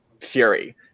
Fury